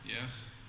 Yes